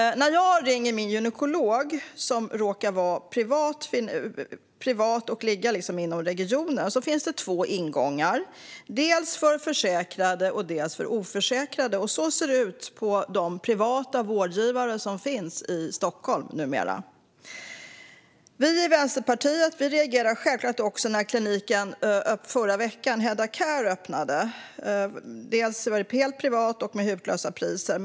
När jag ringer till min gynekolog som råkar vara privat och ligga inom regionen finns det två ingångar, dels en för försäkrade, dels en för oförsäkrade. Så ser det numera ut hos de privata vårdgivare som finns i Stockholm. Vi i Vänsterpartiet reagerade självklart också när kliniken Hedda Care öppnade förra veckan. Den är helt privat med hutlösa priser.